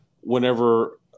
whenever